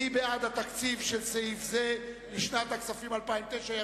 מי בעד התקציב של סעיף זה לשנת הכספים 2009,